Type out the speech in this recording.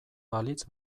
balitz